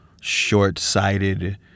short-sighted